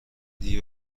دهی